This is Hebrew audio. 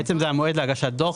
בעצם זה המועד להגשת דוח.